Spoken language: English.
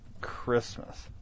Christmas